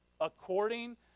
according